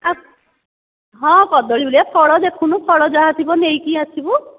ଆ ହଁ କଦଳୀ ଭଳିଆ ଫଳ ଦେଖୁନୁ ଫଳ ଯାହା ଥିବ ନେଇକି ଆସିବୁ